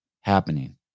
happening